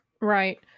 Right